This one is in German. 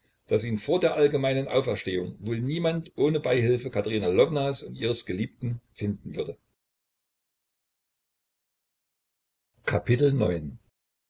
daß ihn vor der allgemeinen auferstehung wohl niemand ohne beihilfe katerina lwownas und ihres geliebten finden würde